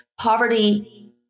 poverty